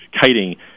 kiting